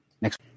Next